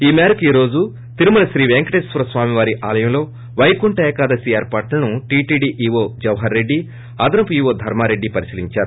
ఈ మేరకు ఈ రోజు తిరుమల శ్రీ వేంకటేశ్వరస్వామి వారి ఆలయంలో వైకుంఠ ఏకాదశి ఏర్పాట్లను టీటీడీ ఈవో జవహర్ రెడ్డి అదనపు ఈవో ధర్మారెడ్డి పరిశీలించారు